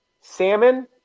Salmon